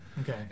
okay